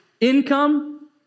income